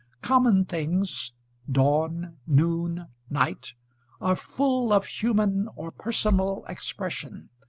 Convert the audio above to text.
common things dawn, noon, night are full of human or personal expression,